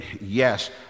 yes